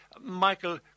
Michael